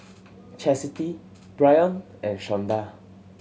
Chastity Brion and Shawnda